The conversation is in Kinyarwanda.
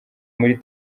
muri